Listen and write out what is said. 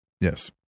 yes